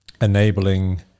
enabling